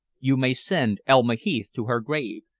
you may send elma heath to her grave,